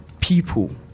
people